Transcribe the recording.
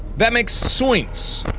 that makes soince!